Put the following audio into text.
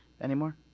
anymore